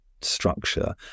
structure